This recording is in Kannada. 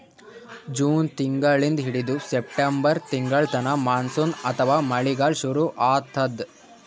ಜೂನ್ ತಿಂಗಳಿಂದ್ ಹಿಡದು ಸೆಪ್ಟೆಂಬರ್ ತಿಂಗಳ್ತನಾ ಮಾನ್ಸೂನ್ ಅಥವಾ ಮಳಿಗಾಲ್ ಶುರು ಆತದ್